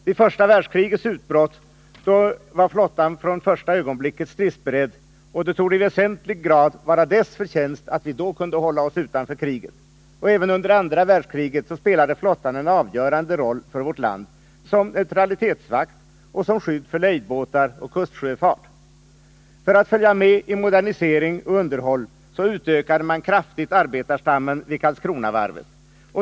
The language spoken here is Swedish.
Vid första världskrigets utbrott var flottan från första ögonblicket stridsberedd, och det torde i väsentlig grad vara dess förtjänst att vi då kunde hålla oss utanför kriget. Även under andra världskriget spelade flottan en avgörande roll för vårt land som neutralitetsvakt och som skydd för lejdbåtar och kustsjöfart. För att följa med i modernisering och underhåll utökade man kraftigt arbetarstammen vid Karlskronavarvet.